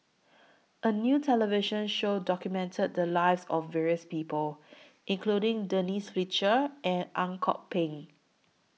A New television Show documented The Lives of various People including Denise Fletcher and Ang Kok Peng